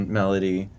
melody